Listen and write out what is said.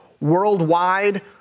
worldwide